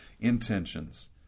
intentions